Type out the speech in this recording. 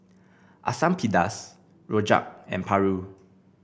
Asam Pedas rojak and paru